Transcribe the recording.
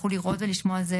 ולא אחת גם המכוערת,